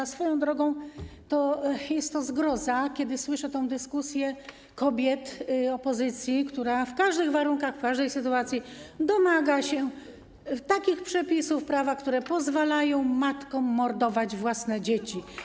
A swoją drogą to jest to zgroza, kiedy słyszę dyskusję kobiet z opozycji, które w każdych warunkach, w każdej sytuacji domagają się takich przepisów prawa, które pozwalają matkom mordować własne dzieci.